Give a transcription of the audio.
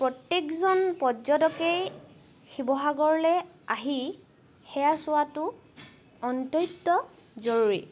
প্ৰত্যেকজন পৰ্যটকেই শিৱসাগৰলৈ আহি সেয়া চোৱাটো অত্যন্ত জৰুৰী